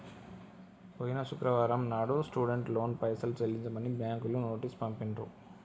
పోయిన శుక్రవారం నాడు స్టూడెంట్ లోన్ పైసలు చెల్లించమని బ్యాంకులు నోటీసు పంపిండ్రు